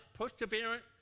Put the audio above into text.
perseverance